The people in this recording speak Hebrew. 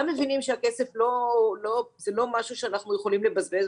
מבינים שהכסף זה לא משהו שאנחנו יכולים לבזבז,